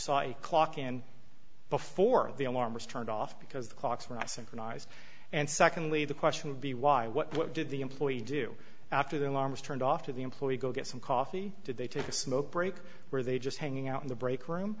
a clock in before the alarm was turned off because the clocks were us improvise and secondly the question would be why what did the employee do after the alarm was turned off to the employee go get some coffee did they take a smoke break where they just hanging out in the break room